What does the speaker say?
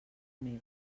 meva